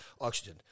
oxygen